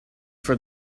for